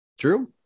True